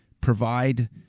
provide